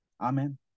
Amen